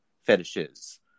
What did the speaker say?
fetishes